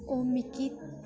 ओह् मिकी